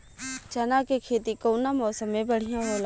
चना के खेती कउना मौसम मे बढ़ियां होला?